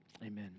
Amen